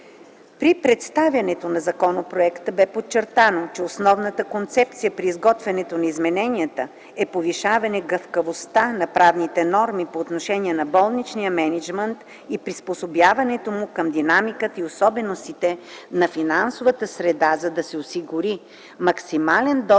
При представянето на законопроекта бе подчертано, че основната концепция при изготвянето на измененията е повишаване гъвкавостта на правните норми по отношение на болничния мениджмънт и приспособяването му към динамиката и особеностите на финансовата среда, за да се осигури максимален достъп